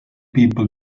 people